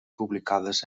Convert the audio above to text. publicades